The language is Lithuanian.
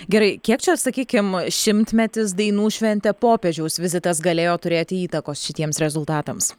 gerai kiek čia sakykim šimtmetis dainų šventė popiežiaus vizitas galėjo turėti įtakos šitiems rezultatams